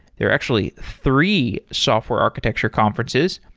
there are actually three software architecture conferences.